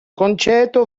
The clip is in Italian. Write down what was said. concetto